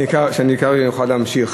שאוכל להמשיך.